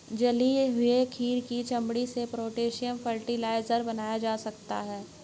जले हुए खीरे की चमड़ी से पोटेशियम फ़र्टिलाइज़र बनाया जा सकता है